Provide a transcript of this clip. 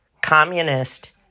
communist